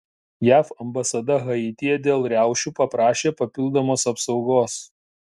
jav ambasada haityje dėl riaušių paprašė papildomos apsaugos